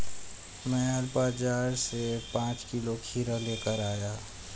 मैं आज बाजार से पांच किलो खीरा लेकर आया